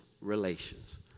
relations